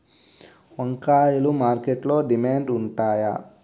వంకాయలు మార్కెట్లో డిమాండ్ ఉంటాయా?